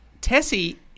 Tessie